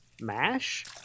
mash